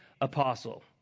apostle